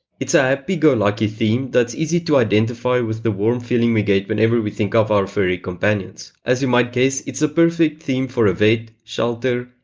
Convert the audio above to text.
it's a happy-go-lucky theme that's easy to identify with the warm feeling we get whenever we think of our furry companions. as you might guess, it's the perfect theme for a vet, shelter,